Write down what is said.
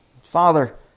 Father